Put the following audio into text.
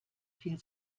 viel